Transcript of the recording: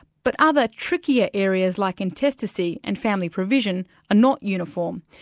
but other, trickier areas, like intestacy and family provision are not uniform,